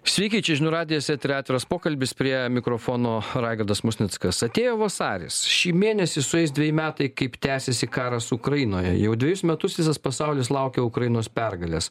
sveiki čia žinių radijas eteryje atviras pokalbis prie mikrofono raigardas musnickas atėjo vasaris šį mėnesį sueis dveji metai kaip tęsiasi karas ukrainoje jau dvejus metus visas pasaulis laukia ukrainos pergalės